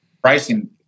pricing